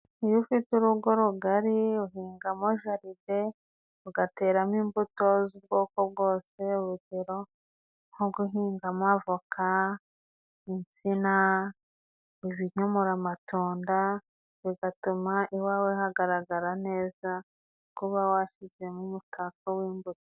Iyo ufite urugo rugari uhingamo jaride, ugateramo imbuto z'ubwoko bwose. Urugero nko guhinga amavoka, insina, ibinyomoro, amatunda, bigatuma iwawe hagaragara neza, kuba washyizemo umutako w'imbuto.